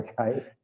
Okay